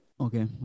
Okay